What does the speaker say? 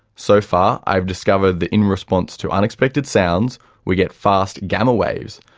so far i've discovered that in response to unexpected sounds we get fast gamma waves.